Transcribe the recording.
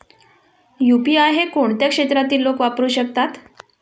UPI हे कोणत्या क्षेत्रातील लोक वापरू शकतात?